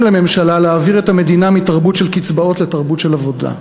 לממשלה להעביר את המדינה מתרבות של קצבאות לתרבות של עבודה.